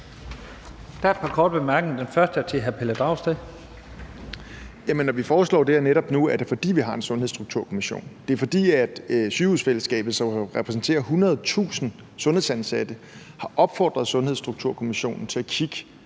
Der er et par korte bemærkninger, og den første er til hr. Pelle Dragsted. Kl. 11:47 Pelle Dragsted (EL): Jamen når vi foreslår det her netop nu, er det, fordi vi har en Sundhedsstrukturkommission. Det er, fordi Sygehussamarbejdet, som repræsenterer 100.000 sundhedsansatte, har opfordret Sundhedsstrukturkommissionen til at kigge